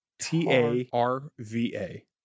t-a-r-v-a